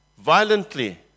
violently